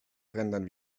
rendern